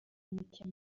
mike